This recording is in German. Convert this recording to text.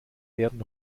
werden